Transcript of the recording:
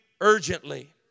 urgently